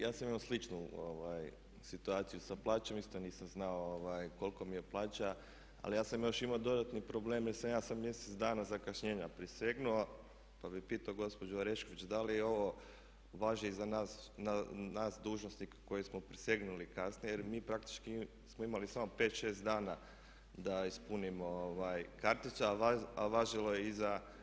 Ja sam imao sličnu situaciju sa plaćom isto nisam znao kolika mi je plaća, ali ja sam još imao dodatnih problema jer sam ja sa mjesec dana zakašnjenja prisegnuo pa bih pitao gospođu Orešković da li ovo važi i za nas dužnosnike koji smo prisegnuli kasnije jer mi praktički smo imali samo 5, 6 dana da ispunimo karticu, a važilo je i za nas.